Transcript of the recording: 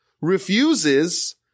refuses